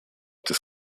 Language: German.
des